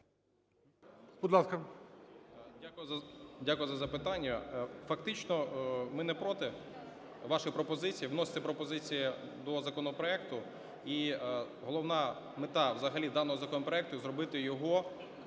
Дякую за запитання. Фактично, ми не проти вашої пропозиції. Вносьте пропозицію до законопроекту. І головна мета взагалі даного законопроекту – зробити його